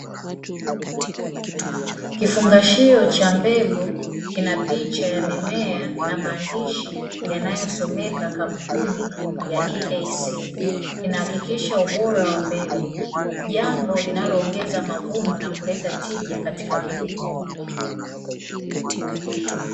Kifungashio cha mbegu kina picha ya mimea na maandishi yanayosomeka kampuni ya "easeed", kinahakikisha ubora wa mbegu jambo linaloongeza mavuno na kuleta tija katika kilimo.